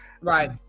Right